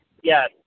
Yes